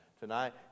Tonight